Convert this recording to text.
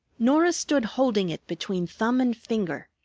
norah stood holding it between thumb and finger,